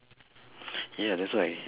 ya that's why